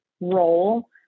role